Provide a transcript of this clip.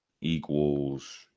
Equals